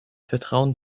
vertrauen